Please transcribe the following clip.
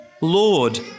Lord